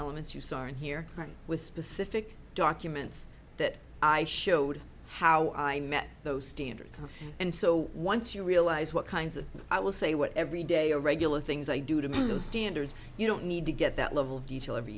elements you saw in here with specific documents that i showed how i met those standards and so once you realize what kinds of i will say what every day are regular things i do to make those standards you don't need to get that level of detail every